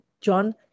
John